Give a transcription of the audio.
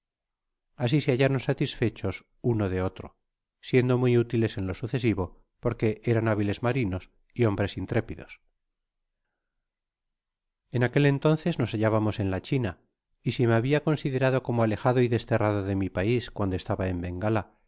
asi se hallaron satisfechos tino de ttw siendo muy útiles eu lo sucesivo porque eran hábiles marinos y hombres intrepidos en aquel entonces nos hallábamos en ia china v si me habia considerado como alejado y desterrad de m pala cuando estaba en bengala